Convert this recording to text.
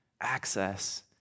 access